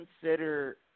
consider –